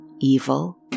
evil